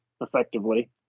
effectively